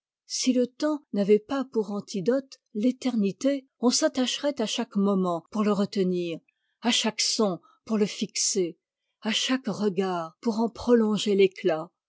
si le temps n'avait pas pour antidote t'éternité on s'attacherait a chaque moment pour e retenir à chaque son pour e fixer à chaque regard pour en prolonger t'éctat